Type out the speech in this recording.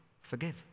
forgive